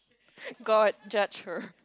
god judge her